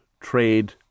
trade